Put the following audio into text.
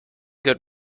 good